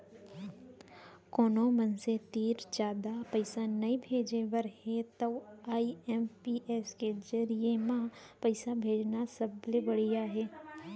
कोनो मनसे तीर जादा पइसा नइ भेजे बर हे तव आई.एम.पी.एस के जरिये म पइसा भेजना सबले बड़िहा हे